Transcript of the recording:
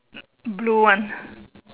blue one